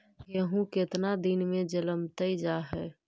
गेहूं केतना दिन में जलमतइ जा है?